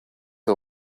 are